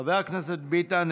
חבר הכנסת ביטן,